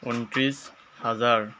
ঊনত্ৰিছ হাজাৰ